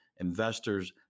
investors